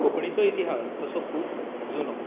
कोंकणीचो इतिहास तसो खूब जुनो